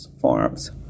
farms